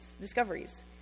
discoveries